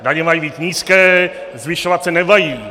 Daně mají být nízké, zvyšovat se nemají.